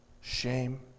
Shame